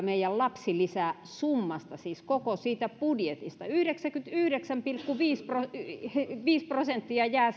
meidän lapsilisäsummasta siis koko siitä budjetista yhdeksänkymmentäyhdeksän pilkku viisi prosenttia jää